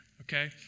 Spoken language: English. okay